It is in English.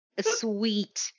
sweet